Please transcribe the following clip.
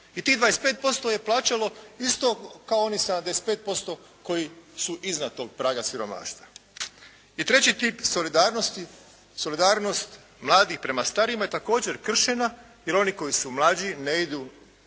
I tih 25% je plaćalo isto kao oni 75% koji su iznad tog praga siromaštva. I treći tip solidarnosti, solidarnost mladih prema starijima je također kršena, jer oni koji su mlađi ne idu, ne